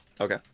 Okay